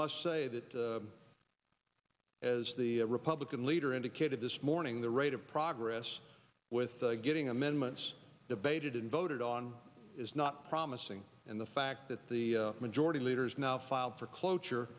must say that as the republican leader indicated this morning the rate of progress with getting amendments debated and voted on is not promising and the fact that the majority leader is now filed for